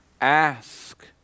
Ask